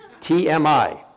TMI